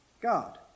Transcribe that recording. God